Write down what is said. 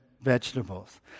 vegetables